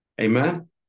Amen